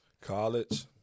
College